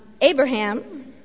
Abraham